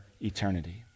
eternity